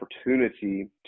opportunity